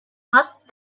asked